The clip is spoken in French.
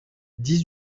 dix